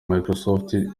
microsoft